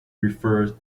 referred